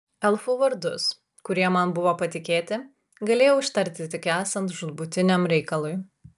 elfų vardus kurie man buvo patikėti galėjau ištarti tik esant žūtbūtiniam reikalui